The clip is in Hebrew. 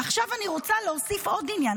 ועכשיו אני רוצה להוסיף עוד עניין.